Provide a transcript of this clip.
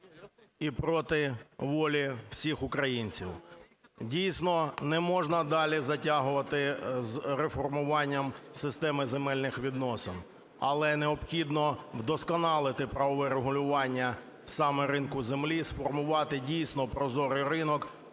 і проти волі всіх українців. Дійсно, не можна далі затягувати з реформуванням системи земельних відносин, але необхідно вдосконалити правове регулювання саме ринку землі, сформувати, дійсно, прозорий ринок,